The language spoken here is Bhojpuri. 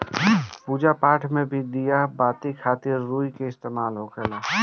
पूजा पाठ मे भी दिया बाती खातिर रुई के इस्तेमाल होखेला